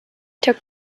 took